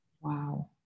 wow